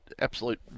absolute